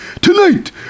Tonight